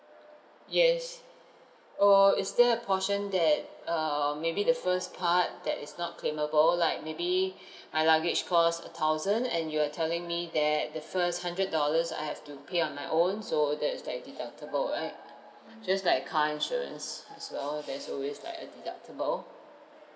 yes or is there a portion that uh maybe the first part that is not claimable like maybe my luggage costs a thousand and you are telling me that the first hundred dollars I have to pay on my own so that is like deductible right just like car insurance as well there's always like a deductible